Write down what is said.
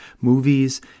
movies